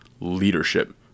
leadership